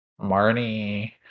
Marnie